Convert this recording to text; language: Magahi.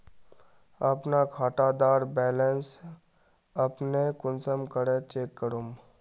अपना खाता डार बैलेंस अपने कुंसम करे चेक करूम?